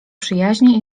przyjaźnie